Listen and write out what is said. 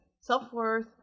Self-worth